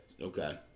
okay